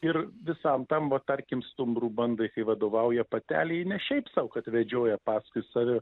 ir visam tam va tarkim stumbrų bandai kai vadovauja patelė ji ne šiaip sau kad vedžioja paskui save